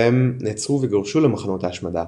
והם נעצרו וגורשו למחנות ההשמדה.